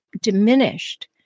diminished